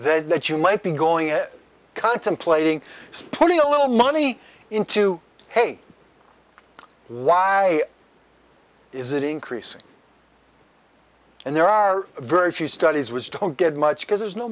that you might be going is contemplating splitting a little money into hey why is it increasing and there are very few studies which don't get much because there's no